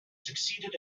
succeeded